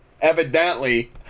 Evidently